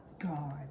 God